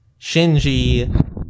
Shinji